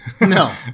no